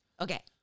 Okay